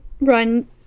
run